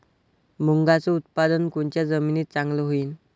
मुंगाचं उत्पादन कोनच्या जमीनीत चांगलं होईन?